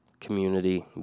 community